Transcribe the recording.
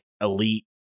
elite